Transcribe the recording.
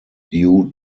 due